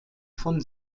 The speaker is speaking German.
von